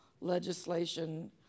legislation